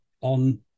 on